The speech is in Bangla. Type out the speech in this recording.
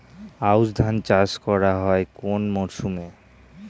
আউশ ধান চাষ করা হয় কোন মরশুমে?